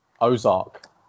Ozark